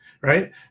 right